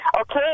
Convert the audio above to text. Okay